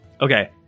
Okay